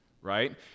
right